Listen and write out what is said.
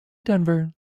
denver